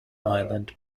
island